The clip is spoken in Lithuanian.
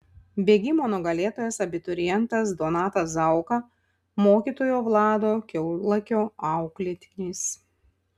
bėgimo nugalėtojas abiturientas donatas zauka mokytojo vlado kiaulakio auklėtinis